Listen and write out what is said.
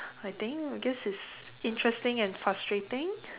I think I guess it's interesting and frustrating